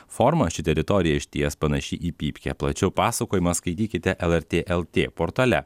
formą ši teritorija išties panaši į pypkę plačiau pasakojimą skaitykite lrt lt portale